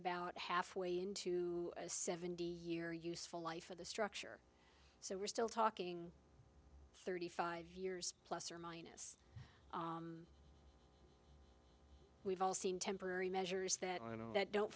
about halfway into a seventy year useful life of the structure so we're still talking thirty five years plus or minus we've all seen temporary measures that you know that don't